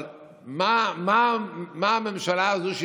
אבל מה הממשלה הזאת,